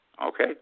Okay